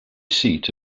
seat